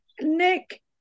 Nick